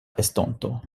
estonto